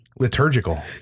Liturgical